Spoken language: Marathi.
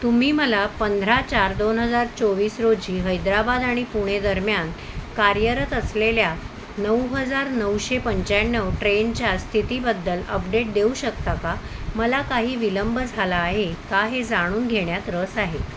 तुम्ही मला पंधरा चार दोन हजार चोवीस रोजी हैदराबाद आणि पुणे दरम्यान कार्यरत असलेल्या नऊ हजार नऊशे पंच्याण्णव ट्रेनच्या स्थितीबद्दल अपडेट देऊ शकता का मला काही विलंब झाला आहे का हे जाणून घेण्यात रस आहे